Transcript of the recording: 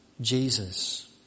Jesus